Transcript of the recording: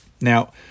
Now